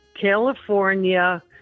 California